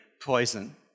poison